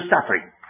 suffering